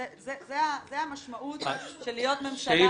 זו המשמעות של להיות ממשלה בישראל.